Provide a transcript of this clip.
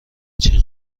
جیغ